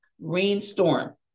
rainstorm